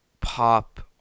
pop